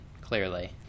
clearly